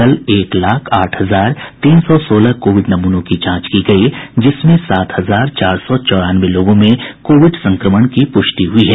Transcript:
कल एक लाख आठ हजार तीन सौ सोलह कोविड नमूनों की जांच की गयी जिसमें सात हजार चार सौ चौरानवे लोगों में कोविड संक्रमण की पुष्टि हुई है